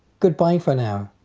goodbye for now.